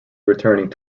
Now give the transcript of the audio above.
returning